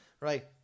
Right